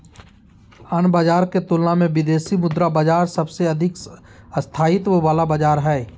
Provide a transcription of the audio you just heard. अन्य बाजार के तुलना मे विदेशी मुद्रा बाजार सबसे अधिक स्थायित्व वाला बाजार हय